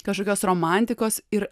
kažkokios romantikos ir